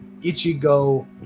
Ichigo